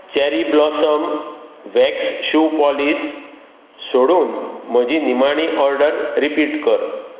cherry blossom wax shoe polish सोडून म्हजी निमाणी ऑर्डर रिपीट कर